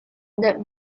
that